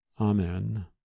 Amen